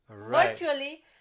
Virtually